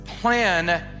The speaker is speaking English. plan